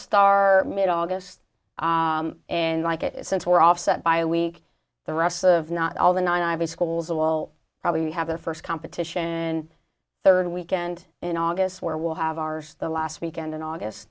star mid august and like it is since we're offset by a week the rest of not all the nivea schools will probably have their first competition third weekend in august where we'll have ours the last weekend in august